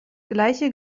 gleiche